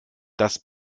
das